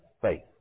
faith